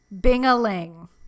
Bing-a-ling